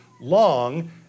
long